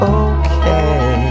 okay